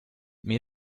mir